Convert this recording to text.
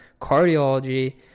cardiology